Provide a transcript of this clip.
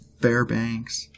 Fairbanks